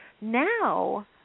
Now